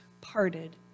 parted